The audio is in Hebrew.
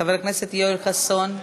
חבר הכנסת יואל חסון,